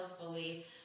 fully